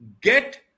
get